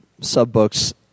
sub-books